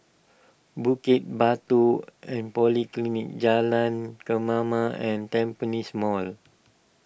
Bukit Batok and Polyclinic Jalan Kemaman and Tampines Mall